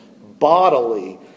bodily